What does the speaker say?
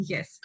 Yes